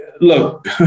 look